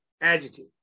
adjective